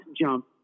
jump